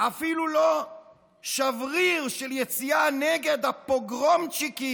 אפילו לא שבריר של יציאה נגד הפוגרומצ'יקים,